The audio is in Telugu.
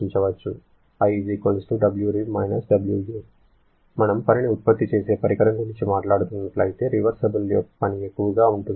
I |Wrev - Wu| మనము పనిని ఉత్పత్తి చేసే పరికరం గురించి మాట్లాడుతున్నట్లయితే రివర్సిబుల్ పని ఎక్కువగా ఉంటుంది